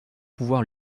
pouvoir